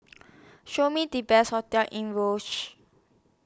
Show Me The Best hotels in Roseau